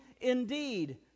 indeed